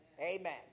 Amen